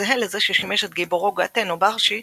הוא התלהב לשמע נאום של המנהיגה האנרכיסטית